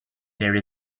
there